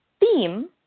theme